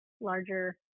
larger